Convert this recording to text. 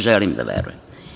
Želim da verujem.